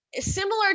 similar